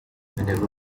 whenever